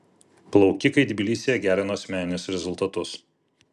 plaukikai tbilisyje gerino asmeninius rezultatus